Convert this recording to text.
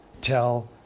tell